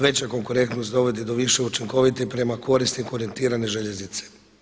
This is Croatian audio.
Veća konkurentnost dovodi do više učinkovite i prema korisniku orijentirane željeznice.